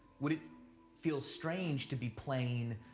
would it feel strange to be playing.